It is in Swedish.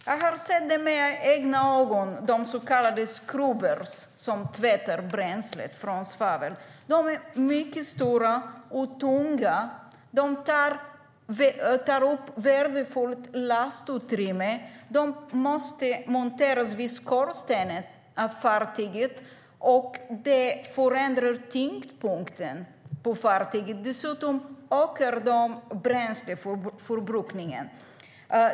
Jag har med egna ögon sett så kallade scrubbers som tvättar bränslet från svavel. De är mycket stora och tunga och tar upp värdefullt lastutrymme. De måste monteras vid skorstenen av fartyget, och det förändrar tyngdpunkten på fartyget. Dessutom ökar bränsleförbrukningen.